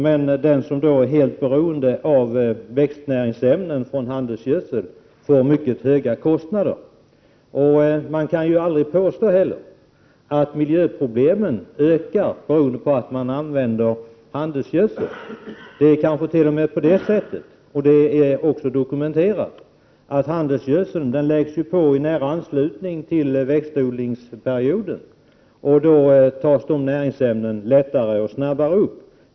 Men den som är helt beroende av växtnäringsämnen från handelsgödsel drabbas av mycket höga kostnader. Man kan aldrig påstå att miljöproblemen ökar därför att handelsgödsel används. Det är dokumenterat att handelsgödseln läggs på i nära anslutning till växtodlingsperioden, och då tas näringsämnena lättare och snabbare upp.